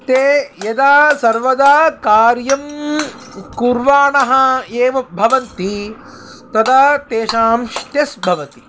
ते यदा सर्वदा कार्यं कुर्वाणः एव भवन्ति तदा तेषां श्टेस् भवति